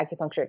acupuncture